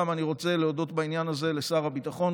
אני רוצה להודות בעניין הזה לשר הביטחון,